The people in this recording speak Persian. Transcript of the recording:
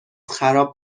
خراب